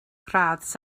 gradd